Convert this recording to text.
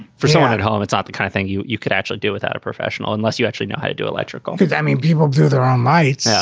someone at home it's not the kind of thing you you could actually do without a professional unless you actually know how to do electrical goods i mean, people do their own lights. yeah